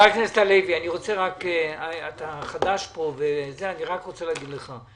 חבר הכנסת עמית הלוי, אני רק רוצה להגיד לך.